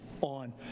on